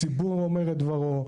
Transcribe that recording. לצד הציבור שאומר את דברו,